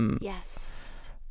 Yes